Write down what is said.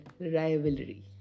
rivalry